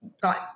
got